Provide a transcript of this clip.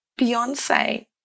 Beyonce